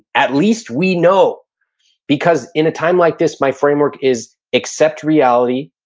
at least we know because in a time like this, my framework is, accept reality,